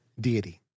deity